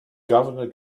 governor